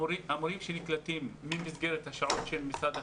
המורים שנקלטים ממסגרת השעות של משרד החינוך,